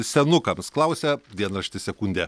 senukams klausia dienraštis sekundė